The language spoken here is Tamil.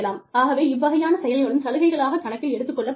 ஆகவே இவ்வகையான செயல்களும் சலுகைகளாகக் கணக்கில் எடுத்துக் கொள்ளப்படுகிறது